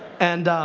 and